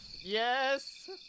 Yes